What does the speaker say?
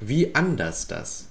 wie anders das